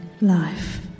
life